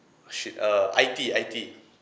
shit err itea itea